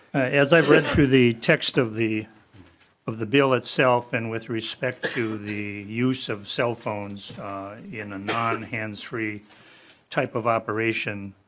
as i read through the text of the of the bill itselfand with respect to the use of cell phones in a non-hands-free type of operation